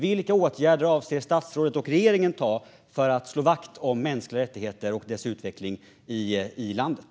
Vilka åtgärder avser statsrådet och regeringen att vidta för att slå vakt om mänskliga rättigheter och deras utveckling i landet?